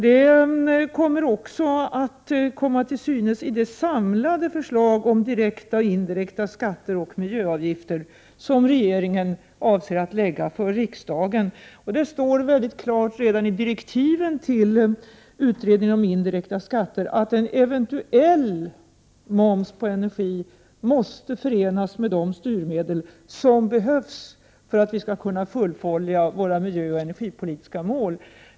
Det kommer också till synes i det samlade förslag om direkta och indirekta skatter och miljöavgifter som regeringen avser att lägga fram för riksdagen. Det står mycket klart redan i direktiven till utredningen om indirekta skatter, att en eventuell moms på energin måste förenas med de styrmedel som behövs för att vi skall kunna uppnå våra miljöoch energipolitiska mål.